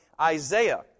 Isaiah